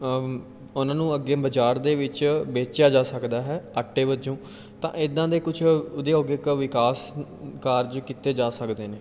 ਉਹਨਾਂ ਨੂੰ ਅੱਗੇ ਬਾਜ਼ਾਰ ਦੇ ਵਿੱਚ ਵੇਚਿਆ ਜਾ ਸਕਦਾ ਹੈ ਆਟੇ ਵਜੋਂ ਤਾਂ ਇੱਦਾਂ ਦੇ ਕੁਛ ਉਦਯੋਗਿਕ ਵਿਕਾਸ ਕਾਰਜ ਕੀਤੇ ਜਾ ਸਕਦੇ ਨੇ